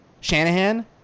Shanahan